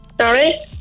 Sorry